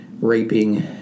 raping